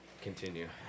continue